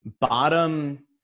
bottom